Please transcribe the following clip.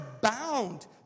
bound